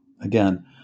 Again